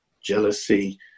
jealousy